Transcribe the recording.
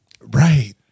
Right